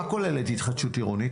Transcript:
מה כוללת התחדשות עירונית?